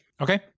Okay